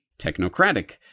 technocratic